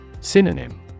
Synonym